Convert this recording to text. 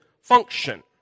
function